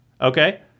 Okay